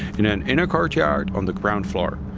in an inner courtyard on the ground floor.